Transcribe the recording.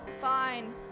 Fine